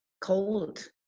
cold